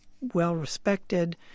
well-respected